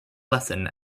lesson